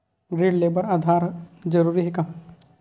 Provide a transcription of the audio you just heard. ऋण ले बर आधार ह जरूरी हे का?